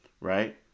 right